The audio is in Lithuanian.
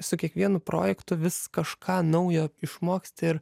su kiekvienu projektu vis kažką naujo išmoksti ir